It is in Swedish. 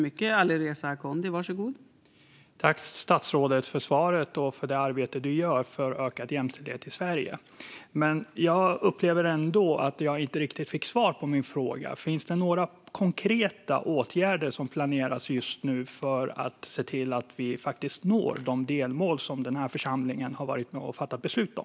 Fru talman! Tack till statsrådet för svaret och för det arbete hon gör för ökad jämställdhet i Sverige! Jag upplever ändå att jag inte riktigt fick svar på min fråga. Finns det några konkreta åtgärder som planeras just nu för att se till att vi når de delmål som den här församlingen har varit med och fattat beslut om?